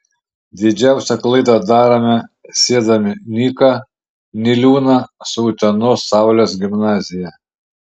didžiausią klaidą darome siedami nyką niliūną su utenos saulės gimnazija